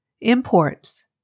Imports